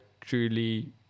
truly